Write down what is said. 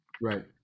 Right